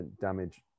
damage